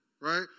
right